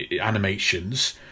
animations